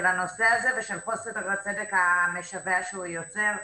הנושא הזה ושל חוסר הצדק המשווע שהוא יוצר,